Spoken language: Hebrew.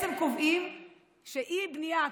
בעצם קובעים אי-בנייה,